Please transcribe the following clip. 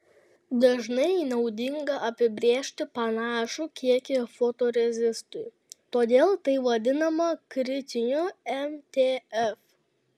dažnai naudinga apibrėžti panašų kiekį fotorezistui todėl tai vadinama kritiniu mtf